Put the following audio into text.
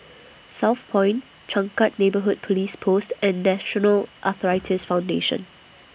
Southpoint Changkat Neighbourhood Police Post and National Arthritis Foundation